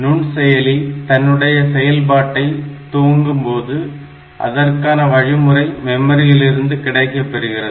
நுண்செயலி தன்னுடைய செயல்பாட்டை தொடங்கும்போது அதற்கான வழிமுறை மெமரியிலிருந்து கிடைக்கப் பெறுகிறது